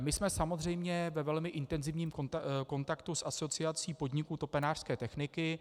My jsme samozřejmě ve velmi intenzivním kontaktu s Asociací podniků topenářské techniky.